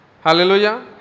Hallelujah